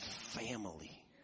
family